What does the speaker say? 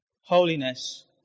Holiness